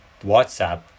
WhatsApp